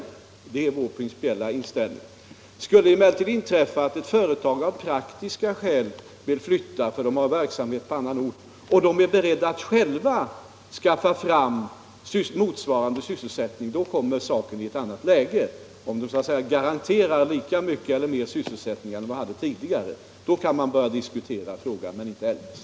Det är vår principiella inställning. Om det emellertid skulle inträffa att ett företag av praktiska skäl vill flytta därför att man har en verksamhet på annan ort och om man då är beredd att själv skaffa fram motsvarande sysselsättning, så kommer frågan i ett annat läge. Om företaget så att säga garanterar lika mycket eller mer sysselsättning än man tidigare hade, då kan man diskutera frågan, inte annars.